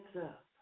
up